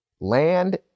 land